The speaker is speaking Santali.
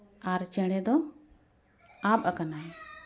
ᱟᱨ ᱪᱮᱬᱮ ᱫᱚ ᱟᱯ ᱟᱠᱟᱱᱟᱭ